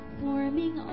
forming